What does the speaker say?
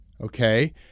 Okay